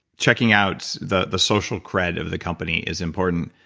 checking out the the social cred of the company is important.